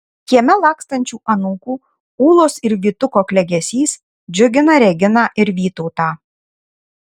kieme lakstančių anūkų ūlos ir vytuko klegesys džiugina reginą ir vytautą